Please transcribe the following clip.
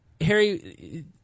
harry